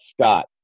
Scott